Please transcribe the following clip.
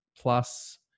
plus